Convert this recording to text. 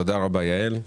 תודה רבה יעל.